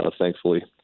Thankfully